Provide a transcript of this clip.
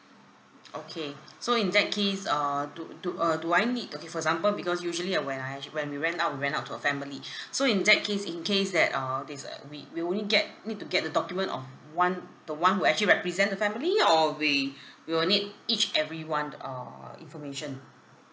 okay so in that case err do do uh do I need to okay for example because usually uh when I actually when we rent out we rent out to a family so in that case in case that uh this uh we will only get need to get the document of one the one who actually represent the family or we will need each everyone err information